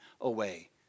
away